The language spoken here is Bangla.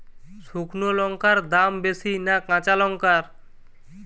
শুক্নো লঙ্কার দাম বেশি না কাঁচা লঙ্কার?